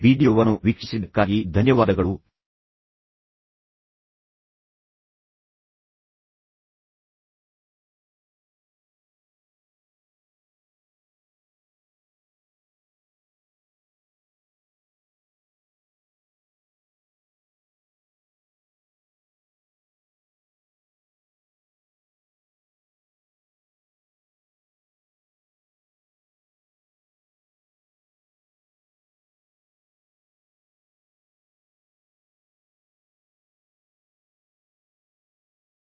ಈ ವೀಡಿಯೊ ವನ್ನು ವೀಕ್ಷಿಸಿದ್ದಕ್ಕಾಗಿ ಧನ್ಯವಾದಗಳು